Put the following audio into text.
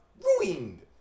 ruined